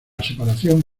separación